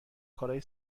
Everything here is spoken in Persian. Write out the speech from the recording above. کارای